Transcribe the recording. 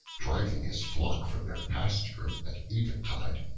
driving his flock from their pasture at eventide,